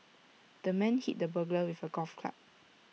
the man hit the burglar with A golf club